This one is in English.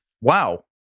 Wow